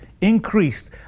increased